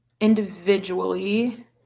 individually